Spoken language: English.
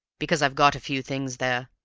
because i've got a few things there.